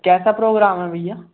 कैसा प्रोग्राम है भैया